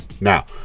Now